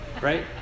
right